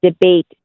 debate